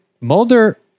Mulder